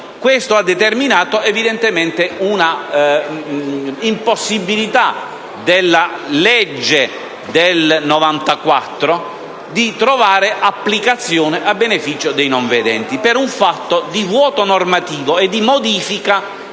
Cio ha determinato, evidentemente, l’impossibilitaper la legge del 1994 di trovare applicazione a beneficio dei non vedenti per un fatto di vuoto normativo e di modifica